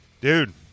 dude